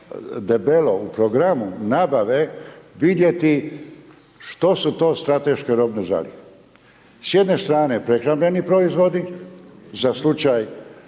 debelo u programu nabave vidjeti što su to strateške robne zalihe. S jedne strane prehrambeni proizvodi za slučaj,